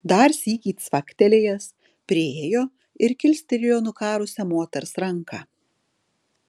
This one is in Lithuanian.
dar sykį cvaktelėjęs priėjo ir kilstelėjo nukarusią moters ranką